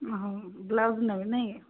ଓହୋ ବ୍ଳାଉଜ୍ ନେବେ ନାଇଁ